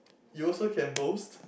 you also can boast